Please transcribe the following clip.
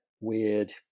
weird